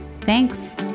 Thanks